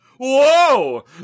Whoa